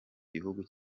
gihugu